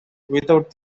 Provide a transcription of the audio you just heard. without